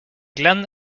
glen